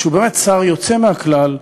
שהוא באמת שר יוצא מהכלל,